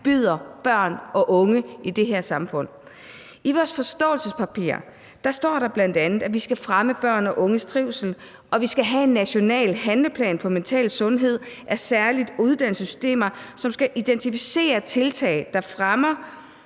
byder børn og unge i det her samfund. I vores forståelsespapir står der bl.a., at vi skal fremme børn og unges trivsel, og vi skal have en national handleplan for mental sundhed særlig i uddannelsessystemer, som skal identificere tiltag, der fremmer